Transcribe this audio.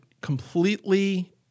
completely